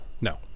No